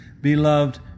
Beloved